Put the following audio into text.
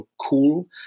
cool